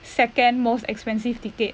second most expensive ticket